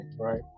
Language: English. right